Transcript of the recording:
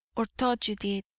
or thought you did,